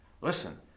Listen